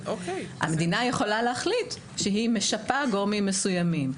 המדינה יכולה להחליט שהיא משפה גורמים מסוימים.